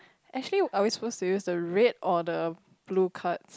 actually are we supposed to use the red or the blue cards